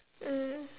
mm